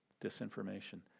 Disinformation